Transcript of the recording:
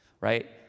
right